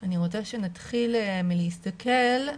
אני רוצה שנתחיל מלהסתכל,